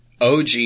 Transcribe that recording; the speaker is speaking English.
OG